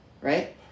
right